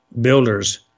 builders